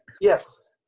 yes